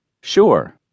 Sure